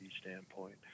standpoint